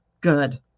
good